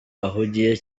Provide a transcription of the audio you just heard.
ahugiye